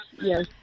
yes